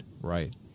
right